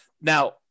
Now